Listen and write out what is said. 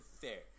fair